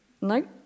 No